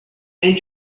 and